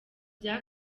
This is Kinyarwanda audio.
bya